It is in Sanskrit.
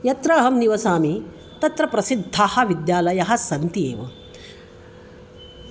यत्र अहं निवसामि तत्र प्रसिद्धाः विद्यालयाः सन्ति एव